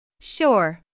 Sure